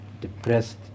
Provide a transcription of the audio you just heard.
depressed